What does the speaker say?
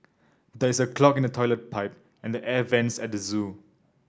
there is a clog in the toilet pipe and air vents at the zoo